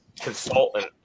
consultant